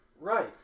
Right